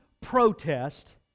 protest